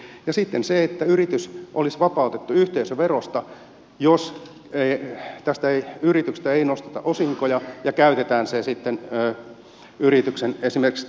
ja sitten yritys olisi vapautettu yhteisöverosta jos tästä yrityksestä ei nosteta osinkoja ja käytetään se sitten esimerkiksi yrityksen investointeihin